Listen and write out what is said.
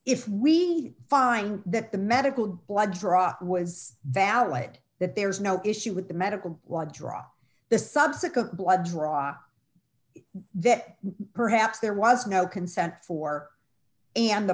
if we find that the medical blood draw was valid that there's no issue with the medical why draw the subsequent blood draw on that perhaps there was no consent for and the